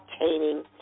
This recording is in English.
obtaining